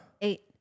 eight